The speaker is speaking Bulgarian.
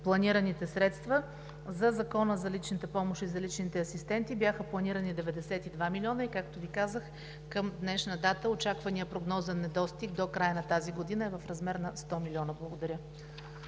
планираните средства. По Закона за личната помощ и за личните асистенти бяха планирани 92 млн. лв. и, както Ви казах, към днешна дата очакваният прогнозен недостиг до края на тази година е в размер на 100 млн. лв. Благодаря.